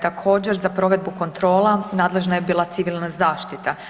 Također, za provedbu kontrola nadležna je bila civilna zaštita.